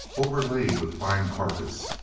overlaid with fine carpets,